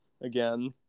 again